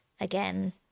again